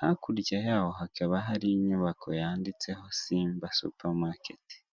Hakurya yawo hakaba hari inyubako yanditseho Simba supamaketi.